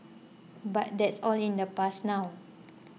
but that's all in the past now